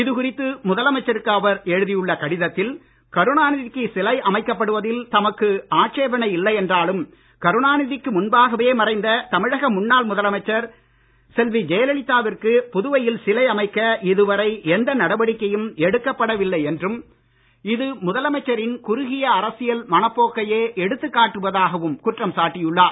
இதுகுறித்து முதலமைச்சருக்கு அவர் எழுதியுள்ள கடிதத்தில் கருணாநிதிக்கு சிலை அமைக்கப்படுவதில் தமக்கு ஆட்சேபணை இல்லை என்றாலும் கருணாநிதிக்கு முன்பாகவே மறைந்த தமிழக முன்னாள் முதலமைச்சர் செல்வி ஜெயலலிதாவிற்கு புதுவையில் சிலை அமைக்க இதுவரை எந்த நடவடிக்கையும் எடுக்கப்படவில்லை என்றும் இது முதலமைச்சரின் குறுகிய அரசியல் மனப்போக்கையே எடுத்துக்காட்டுவதாகவும் குற்றம் சாட்டியுள்ளார்